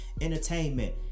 entertainment